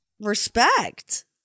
Respect